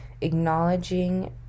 acknowledging